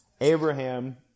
Abraham